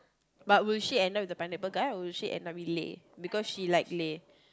but will she end up with the pineapple guy or will she end up with Lay because she like Lay